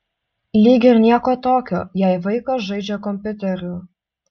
lyg ir nieko tokio jei vaikas žaidžia kompiuteriu